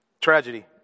Tragedy